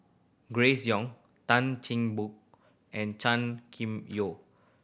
Grace Young Tan Cheng Bock and Chan Kim Yeow